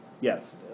Yes